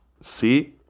See